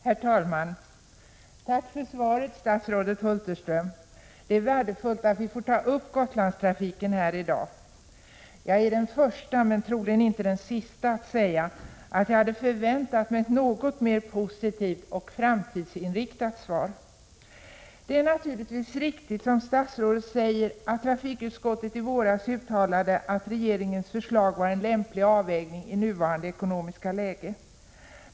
Herr talman! Tack för svaret, statsrådet Hulterström. Det är värdefullt att "vi får diskutera Gotlandstrafiken här i dag. Jag är den första, men troligen inte den sista, att säga att jag hade förväntat ett något mer positivt och framtidsinriktat svar. Det är naturligtvis riktigt som statsrådet säger, att trafikutskottet i våras uttalade att regeringens förslag var en lämplig avvägning i nuvarande ekonomiska läge.